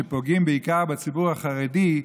שזה פוגע בעיקר בציבור החרדי,